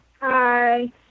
Hi